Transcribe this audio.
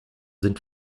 sind